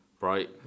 right